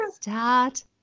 start